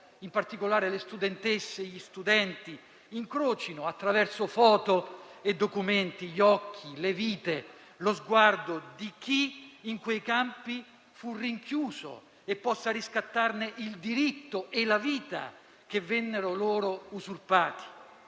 in particolare le studentesse e gli studenti - incrocino, attraverso foto e documenti, gli occhi, le vite e lo sguardo di chi in quei campi fu rinchiuso, potendo riscattarne il diritto e la vita che vennero loro usurpati,